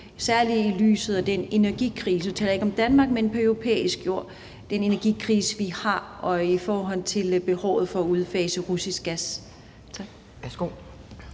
særlig i lyset af den energikrise – nu taler jeg ikke om Danmark, men om på europæisk jord – vi har, og i forhold til behovet for at udfase russisk gas.